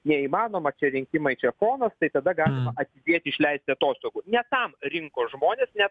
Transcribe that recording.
jei įmanoma čia rinkimai čia fonas tai tada galima atsidėti išleisti atostogų ne tam rinko žmonės ne